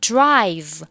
Drive